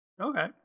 Okay